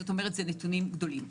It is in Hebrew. כלומר זה נתונים גדולים.